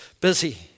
busy